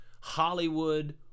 Hollywood